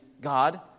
God